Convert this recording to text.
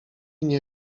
nie